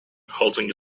holding